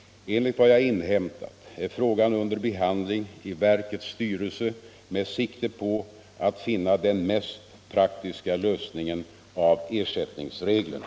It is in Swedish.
Enligt vad jag inhämtat är frågan under behandling i verkets styrelse med sikte på att finna den mest praktiska lösningen beträffande ersättningsreglerna.